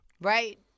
Right